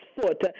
foot